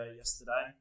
yesterday